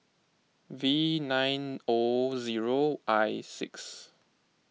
V nine O zero I six